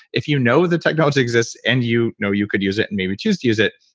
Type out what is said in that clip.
if you know the technology exists and you know you could use it and maybe choose to use it,